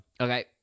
Okay